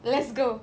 let's go